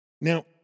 Now